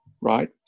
right